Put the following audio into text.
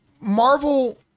Marvel